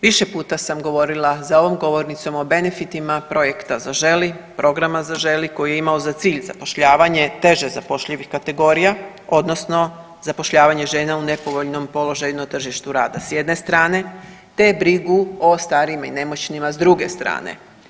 Više puta sam govorila za ovom govornicom o benefitima projekta Zaželi, programa Zaželi koji je imao za cilj zapošljavanje teže zapošljivih kategorija odnosno zapošljavanje žena u nepovoljnom položaju na tržištu rada s jedne strane te brigu o starijima i nemoćnima s druge strane.